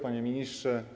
Panie Ministrze!